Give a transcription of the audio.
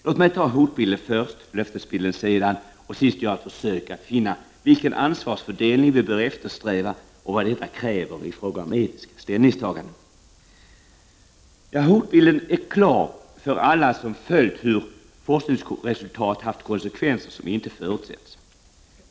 Låt mig ta hotbilden först, sedan löftesbilden och sist göra ett försök att finna vilken ansvarsfördelning vi bör eftersträva och vad detta kräver i fråga om etiska ställningstaganden. Hotbilden är klar för alla som följt hur forskningsresultat haft konsekven ser som inte förutsetts.